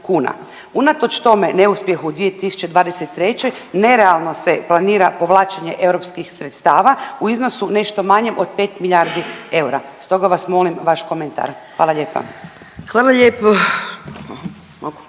Unatoč tome neuspjehu 2023., nerealno se planira povlačenje EU sredstava u iznosu nešto manjem od 5 milijardi eura, stoga vas molim vaš komentar. Hvala lijepa.